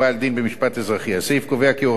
הסעיף קובע כי הוראותיו אינן חלות על פסק-דין של